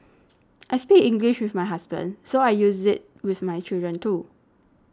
I speak English with my husband so I use it with my children too